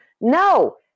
No